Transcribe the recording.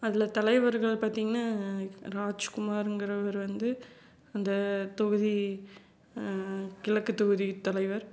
அதில் தலைவர்கள் பார்த்தீங்கன்னா ராஜ்குமார்ங்கிறவர் வந்து அந்த தொகுதி கிழக்குத் தொகுதி தலைவர்